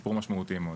שיפור משמעותי מאוד.